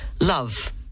love